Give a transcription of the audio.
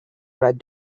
right